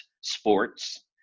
sports